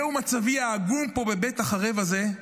זהו מצבי העגום פה, בבית החרב הזה.